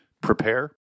prepare